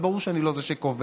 אבל ברור שאני לא זה שקובע.